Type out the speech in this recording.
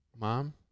mom